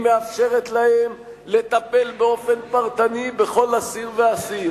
היא מאפשרת להם לטפל באופן פרטני בכל אסיר ואסיר,